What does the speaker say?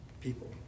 people